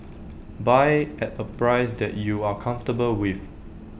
buy at A price that you are comfortable with